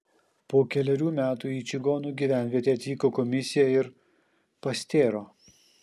po kelerių metų į čigonų gyvenvietę atvyko komisija ir pastėro